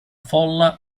folla